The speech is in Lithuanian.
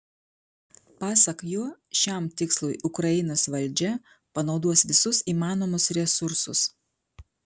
pasak jo šiam tikslui ukrainos valdžia panaudos visus įmanomus resursus